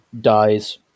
dies